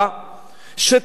שתביא לכאן